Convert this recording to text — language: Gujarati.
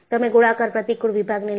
તમે ગોળાકાર પ્રતિકુળ વિભાગ ને લ્યો